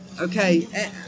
Okay